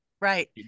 Right